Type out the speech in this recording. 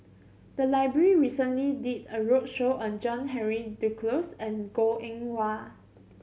the library recently did a roadshow on John Henry Duclos and Goh Eng Wah